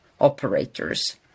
operators